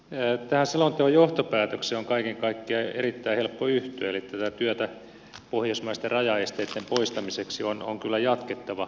tähän selonteon johtopäätökseen on kaiken kaikkiaan erittäin helppo yhtyä eli tätä työtä pohjoismaisten rajaesteitten poistamiseksi on kyllä jatkettava